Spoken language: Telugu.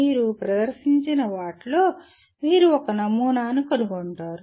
మీరు ప్రదర్శించిన వాటిలో మీరు ఒక నమూనాను కనుగొంటారు